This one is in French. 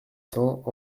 cents